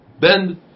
bend